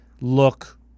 look